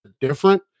different